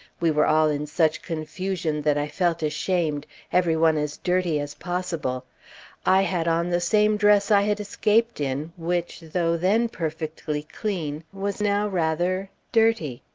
we were all in such confusion that i felt ashamed every one as dirty as possible i had on the same dress i had escaped in, which, though then perfectly clean, was now rather dirty.